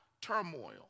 turmoil